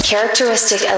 Characteristic